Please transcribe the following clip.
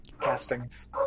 castings